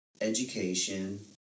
education